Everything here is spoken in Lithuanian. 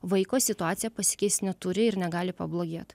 vaiko situacija pasikeist neturi ir negali pablogėt